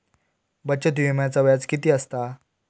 बचत विम्याचा व्याज किती असता?